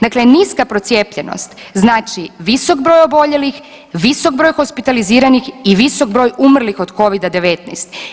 Dakle, niska procijepljenost znači visok broj oboljelih, visok broj hospitaliziranih i visok broj umrlih od Covid-19.